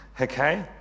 Okay